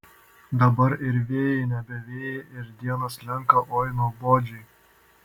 dabar ir vėjai nebe vėjai ir dienos slenka oi nuobodžiai